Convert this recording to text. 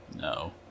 No